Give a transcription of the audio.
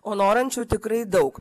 o norinčių tikrai daug